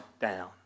down